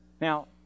Now